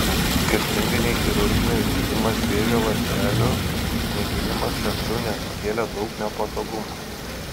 skirtingai nei chirurginis gydymas vėžio ląstelių naikinimas šalčiu nesukėlė daug nepatogumų